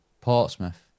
Portsmouth